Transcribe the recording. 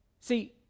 See